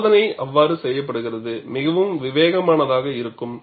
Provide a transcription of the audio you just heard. எனவே சோதனை அவ்வாறு செய்யப்படுவது மிகவும் விவேகமானதாக இருக்கும்